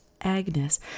Agnes